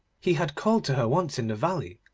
he had called to her once in the valley,